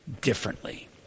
differently